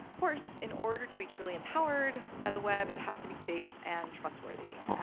course, in order to be truly empowered by the web, it has to be safe and trustworthy,